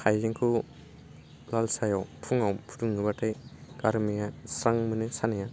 हाइजेंखौ लाल साहायाव फुङाव फुदुङोबाथाय गारामाया स्रां मोनो सानाया